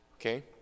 Okay